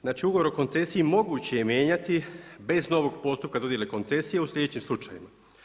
Znači ugovor o koncesiji moguće je mijenjati bez novog postupka dodjele koncesije u sljedećim slučajevima.